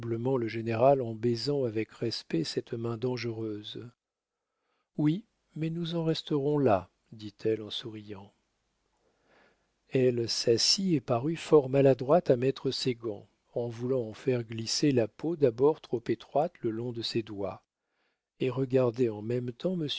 le général en baisant avec respect cette main dangereuse oui mais nous en resterons là dit-elle en souriant elle s'assit et parut fort maladroite à mettre ses gants en voulant en faire glisser la peau d'abord trop étroite le long de ses doigts et regarder en même temps